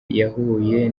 yahuye